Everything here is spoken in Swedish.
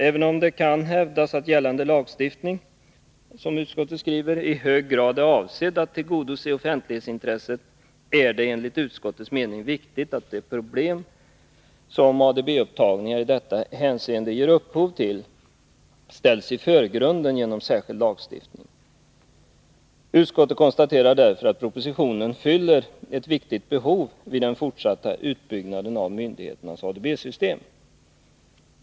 Även om det kan hävdas att gällande lagstiftning, som utskottet skriver, i hög grad är avsedd att tillgodose offentlighetsintresset, är det enligt utskottets mening viktigt att de problem som ADB upptagningar i detta hänseende ger upphov till ställs i förgrunden genom särskild lagstiftning. Utskottet konstaterar därför att propositionen fyller ett viktigt behov vid den fortsatta utbyggnaden av myndigheternas ADB system.